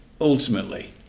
ultimately